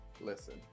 Listen